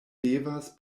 devas